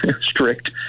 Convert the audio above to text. strict